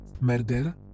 murder